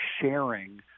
sharing